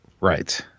Right